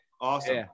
Awesome